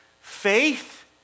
Faith